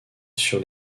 sur